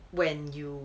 when you